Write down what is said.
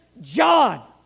John